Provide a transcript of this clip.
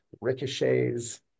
ricochets